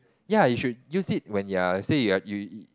ya you should use it when you're said you are you you